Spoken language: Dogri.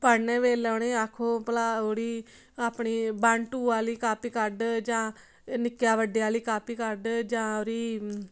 पढ़ने बेल्लै उ'नें गी आक्खो भला ओह्कड़ी अपनी वन टू आह्ली कापी कड्ढा जां निक्के बड्डे आह्ली कापी कड्ड जां ओह्दी